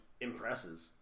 impresses